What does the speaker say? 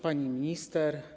Pani Minister!